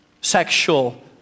sexual